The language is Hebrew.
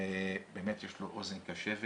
ובאמת יש לו אוזן קשבת